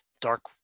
Dark